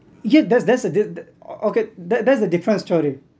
yeah that's that's a di~ okay that that's a different story